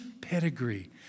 pedigree